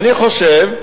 אני חושב,